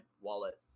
wallet